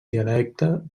dialecte